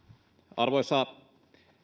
arvoisa